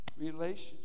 Relationship